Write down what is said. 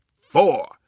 four